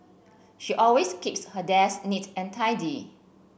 she always keeps her desk neat and tidy